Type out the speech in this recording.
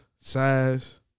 size